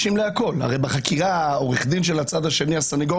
תציגו את ההצעה שלכם להסדר הזה של חשיפת החומרים בפני ההגנה.